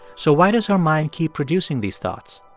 so why does her mind keep producing these thoughts?